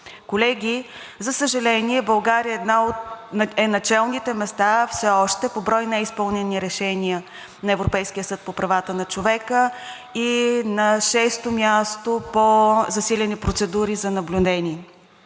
Колеги, за съжаление, България все още е на челните места по брой неизпълнени решения на Европейския съд по правата на човека и на шесто място по засилени процедури за наблюдение.